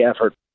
effort